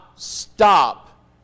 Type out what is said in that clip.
Stop